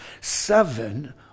seven